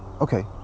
Okay